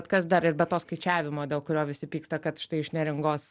kas dar ir be to skaičiavimo dėl kurio visi pyksta kad štai iš neringos